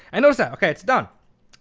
i noticed that. ok it's done.